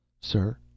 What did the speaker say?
Sir